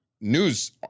news